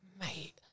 Mate